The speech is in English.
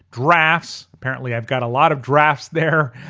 drafts, apparently i've got a lot of drafts there,